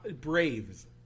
Braves